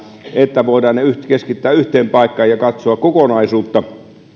että voidaan ne keskittää yhteen paikkaan ja katsoa kokonaisuutta